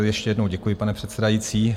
Ještě jednou děkuji, pane předsedající.